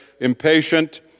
impatient